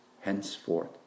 henceforth